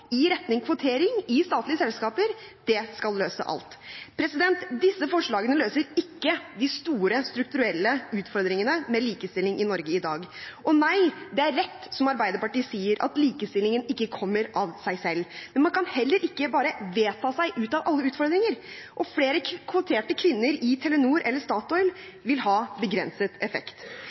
i retning kvotering i statlige selskaper skal løse alt. Disse forslagene løser ikke de store strukturelle utfordringene med likestilling i Norge i dag. Og det er rett som Arbeiderpartiet sier, at likestillingen ikke kommer av seg selv. Men man kan heller ikke bare vedta seg ut av alle utfordringer, og flere kvoterte kvinner i Telenor eller Statoil vil ha begrenset effekt.